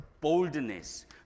boldness